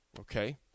okay